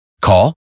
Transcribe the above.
Call